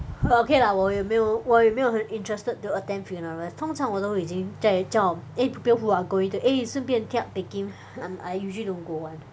err okay lah 我也没有我也没有很 interested to attend funeral 通常我都已经在叫 eh people who are going to eh 顺便贴 up bei kim um I usually don't go [one]